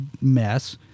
mess